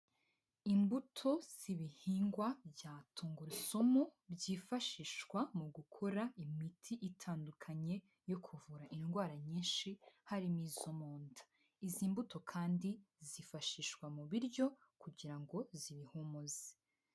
Imbuto z'ibihingwa bya tungurusumu byifashishwa mu gukora imiti itandukanye yo kuvura indwara nyinshi harimo izo mu nda, izi mbuto kandi zifashishwa mu biryo kugira ngo zibihumuze.